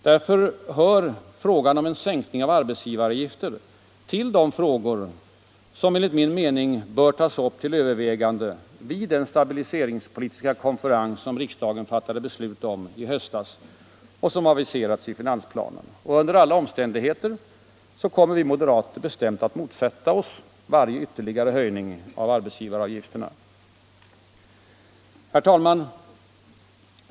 Därför hör frågan om en sänkning av arbetsgivaravgiften till de frågor som enligt min mening bör tas upp till övervägande vid den stabiliseringspolitiska konferens som riksdagen fattade beslut om i höstas och som aviserats i finansplanen. Under alla omständigheter kommer vi moderater bestämt att motsätta oss varje ytterligare höjning av arbetsgivaravgiften. Herr talman!